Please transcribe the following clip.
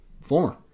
former